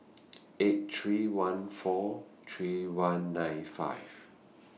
eight three one four three one nine five